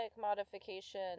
modification